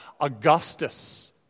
Augustus